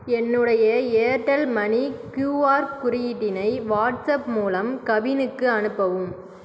என்னுடைய Airtel money QR குறியீட்டினை WhatsApp மூலம் கவினுக்கு அனுப்பவும்